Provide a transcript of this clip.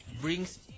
brings